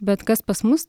bet kas pas mus